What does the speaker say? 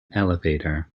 elevator